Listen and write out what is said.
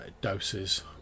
doses